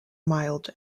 mild